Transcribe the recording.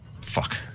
Fuck